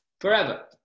forever